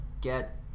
get